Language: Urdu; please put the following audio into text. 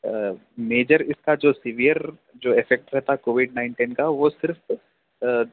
میجر اس کا جو سی ویئر جو افیکٹ رہتا کووڈ نائنٹین کا وہ صرف